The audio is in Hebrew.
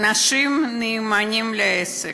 אנשים נאמנים לעסק,